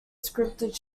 scripted